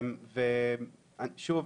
שוב,